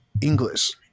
English